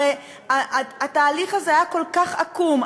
הרי התהליך הזה היה כל כך עקום.